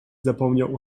zapomniał